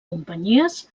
companyies